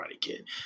Kid